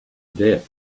death